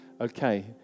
Okay